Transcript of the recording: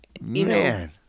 Man